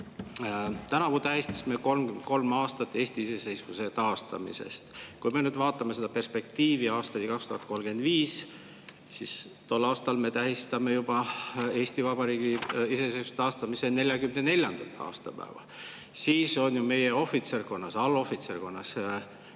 Tänavu tähistasime 33 aasta möödumist Eesti iseseisvuse taastamisest. Kui me nüüd vaatame seda perspektiivi aastani 2035, siis tol aastal me tähistame juba Eesti Vabariigi iseseisvuse taastamise 44. aastapäeva. Siis on ju meie ohvitserkonnast, allohvitserkonnast